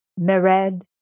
Mered